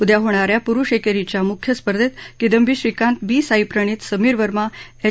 उद्या होणा या पुरुष एकेरीच्या मुख्य स्पर्धेत किदम्बी श्रीकांत बी साई प्रणीत समीर वर्मा एच